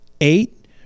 Eight